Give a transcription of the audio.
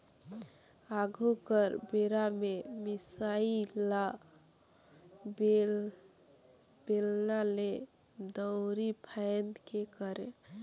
आघु कर बेरा में मिसाई ल बेलना ले, दंउरी फांएद के करे